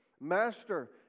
Master